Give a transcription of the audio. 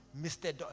mr